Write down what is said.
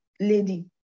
lady